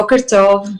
בוקר טוב,